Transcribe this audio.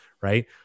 right